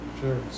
Sure